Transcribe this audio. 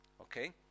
Okay